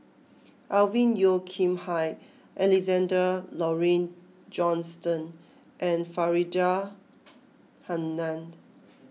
Alvin Yeo Khirn Hai Alexander Laurie Johnston and Faridah Hanum